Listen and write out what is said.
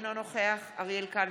אינו נוכח אריאל קלנר,